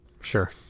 Sure